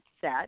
set